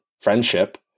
friendship